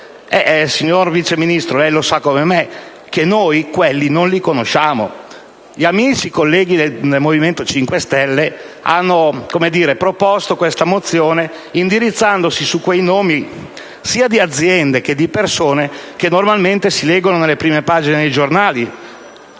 Signor Vice Ministro, lei sa come me che noi quelli non li conosciamo. Gli amici e colleghi del Movimento 5 Stelle hanno proposto la mozione indicando nomi di aziende e di persone che normalmente si leggono nelle prime pagine dei giornali